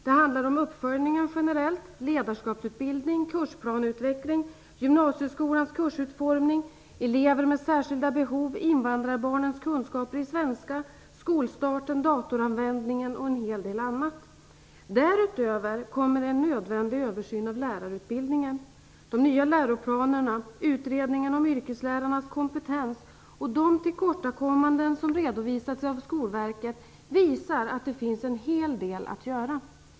Det handlar om uppföljningen generellt, ledarskapsutbildning, kursplaneutveckling, gymnasieskolans kursutformning, elever med särskilda behov, invandrarbarnens kunskaper i svenska, skolstarten, datoranvändningen och en hel del annat. Därutöver kommer en nödvändig översyn av lärarutbildningen. De nya läroplanerna, utredningen om yrkeslärarnas kompetens och de tillkortakommanden som redovisats av Skolverket visar att det finns en hel del att göra.